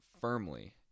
firmly